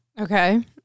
Okay